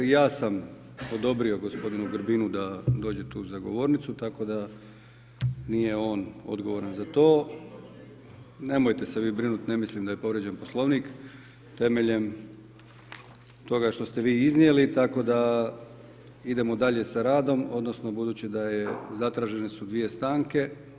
Ja sam odobrio gospodinu Grbinu da dođe tu za govornicu tako da nije on odgovoran za to. … [[Upadica Šuker, ne čuje se.]] Nemojte se vi brinuti, ne mislim da je povrijeđen Poslovnik temeljem toga što ste vi iznijeli tako da idemo dalje sa radom odnosno budući da zatražene su dvije stanke.